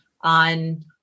on